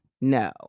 no